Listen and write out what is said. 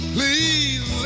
Please